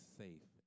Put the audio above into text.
safe